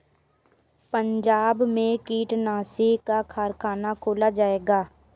पंजाब में कीटनाशी का कारख़ाना खोला जाएगा